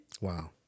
Wow